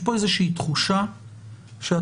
יש פה איזושהי תחושה שפשוט,